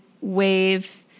wave